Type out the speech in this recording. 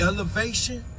Elevation